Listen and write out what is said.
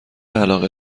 علاقه